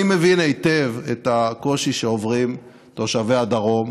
אני מבין היטב את הקושי שעוברים תושבי הדרום,